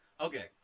Okay